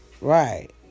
Right